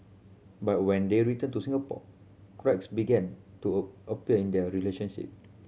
but when they returned to Singapore cracks began to a appear in their relationship